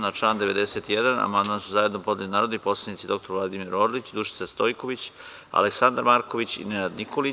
Na član 91. amandman su zajedno podneli narodni poslanici dr Vladimir Orlić, Dušica Stojković, Aleksandar Marković i Nenad Nikolić.